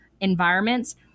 environments